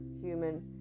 human